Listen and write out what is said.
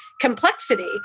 complexity